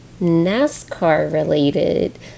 NASCAR-related